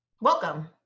Welcome